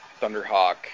Thunderhawk